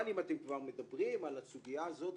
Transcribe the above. אבל אם אתם כבר מדברים על הסוגיה הזאת